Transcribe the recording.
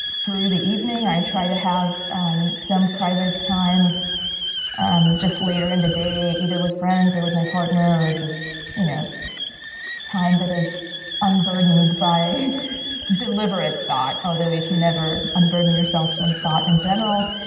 through the evening, i try to have um some private time um just later in the day either with friends, or with my partner, or just you know time that is unburdened by deliberate thoughts. although, you can never unburden yourself from thought, in general.